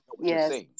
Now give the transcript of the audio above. Yes